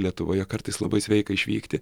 lietuvoje kartais labai sveika išvykti